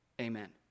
Amen